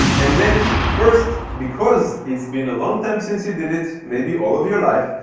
and then first because it's been a long time since you did it, may be all of your life,